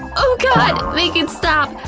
oh god! make it stop!